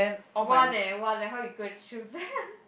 one eh one eh how you gonna choose